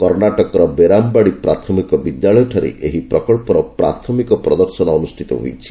କର୍ଣ୍ଣାଟକର ବେରାମବାଡି ପ୍ରାଥମିକ ବିଦ୍ୟାଳୟଠାରେ ଏହି ପ୍ରକଳ୍ପର ପ୍ରାଥମିକ ପ୍ରଦର୍ଶନ ଅନୁଷ୍ଠିତ ହୋଇଛି